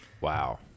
Wow